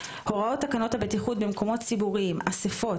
הוראות תקנות הבטיחות במקומות ציבוריים (אסיפות),